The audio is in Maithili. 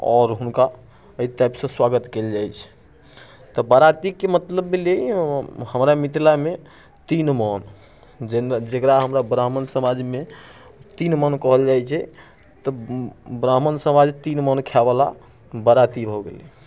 आओर हुनका एहि टाइप से स्वागत कयल जाइत छै तऽ बरातीके मतलब भेलै हमरा मिथिलामे तीन मन जेकरा हमरा ब्राह्मण समाजमे तीन मन कहल जाइत छै तऽ ब्राह्मण समाज तीन मन खाय बला बराती भऽ गेलै